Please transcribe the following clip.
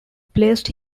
placed